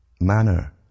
manner